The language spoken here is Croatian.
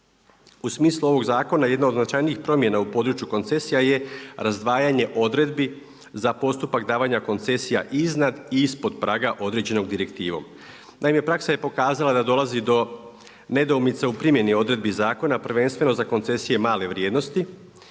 U smislu ovog zakona jedna od značajnih promjena u području koncesija je razdvajanje odredbi za postupak davanja koncesija iznad i ispod praga određenog direktivom. Naime, praksa je pokazala da dolazi do nedoumica u primjeni odredbi zakona prvenstveno za koncesije male vrijednosti.